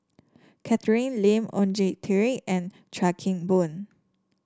Catherine Lim Oon Jin Teik and Chuan Keng Boon